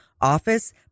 office